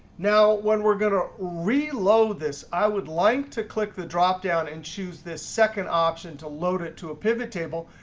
now when we're going to reload this, i would like to click the dropdown and choose this second option to load it to a pivot table.